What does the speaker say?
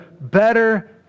better